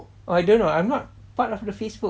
oh I don't know I'm not part of the facebook